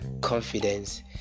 confidence